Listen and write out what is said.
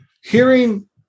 hearing